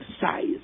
size